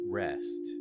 rest